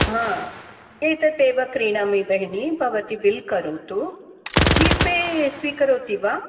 हा एतत् एव क्रीणामि बहिनी भवती बिल् करोतु जिपे स्वीकरोति वा